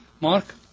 Mark